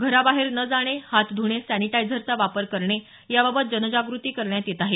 घराबाहेर न जाणे हात धुणे सॅनिटायझरचा वापर करणे याबाबत जनजागृती करण्यात येत आहे